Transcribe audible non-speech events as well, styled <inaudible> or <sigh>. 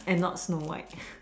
and not snow white <breath>